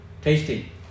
tasty